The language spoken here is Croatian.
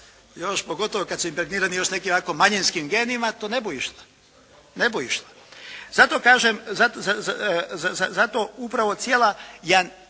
još pogotovo kad su impregnirani još nekim onako manjinskim genima to ne bu išlo. Zato kažem, zato upravo cijela.